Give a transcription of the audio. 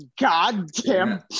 goddamn